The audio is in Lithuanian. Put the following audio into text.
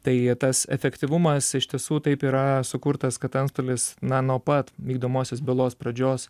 tai tas efektyvumas iš tiesų taip yra sukurtas kad antstolis na nuo pat vykdomosios bylos pradžios